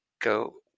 go